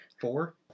four